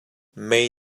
mei